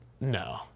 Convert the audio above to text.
No